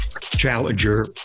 challenger